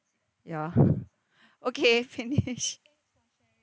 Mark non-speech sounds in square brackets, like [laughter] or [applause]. ya okay finish [laughs]